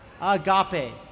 Agape